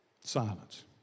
Silence